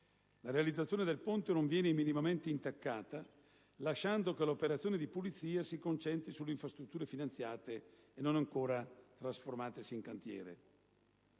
la realizzazione del ponte non viene minimamente intaccata, lasciando che l'operazione di pulizia si concentri sulle infrastrutture finanziate e non ancora trasformatesi in cantiere.